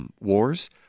wars